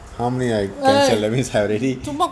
how many I cancel that means I have already